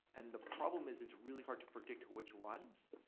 and the problem is it's really hard to predict which ones.